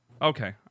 Okay